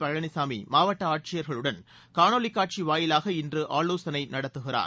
பழனிசாமி மாவட்ட ஆட்சியர்களுடன் காணொலிக் காட்சி வாயிவாக இன்று ஆலோசனை நடத்துகிறார்